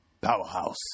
Powerhouse